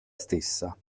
stessa